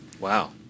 Wow